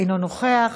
אינו נוכח,